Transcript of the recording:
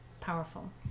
powerful